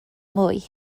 mwy